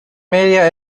media